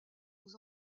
aux